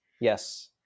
Yes